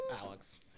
Alex